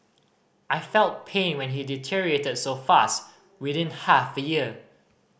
I felt pain when he deteriorated so fast within half a year